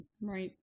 right